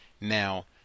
Now